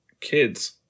kids